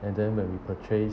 and then when we purchase